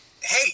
Hey